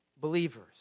believers